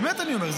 באמת אני אומר.